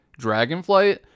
Dragonflight